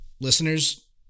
listeners